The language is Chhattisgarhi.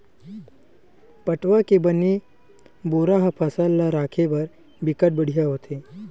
पटवा के बने बोरा ह फसल ल राखे बर बिकट बड़िहा होथे